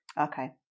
Okay